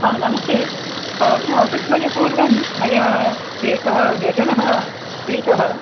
हा नमस्ते मासद्वयपूर्वं मया एकं व्यजनं क्रीतं